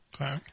Okay